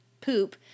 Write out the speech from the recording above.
poop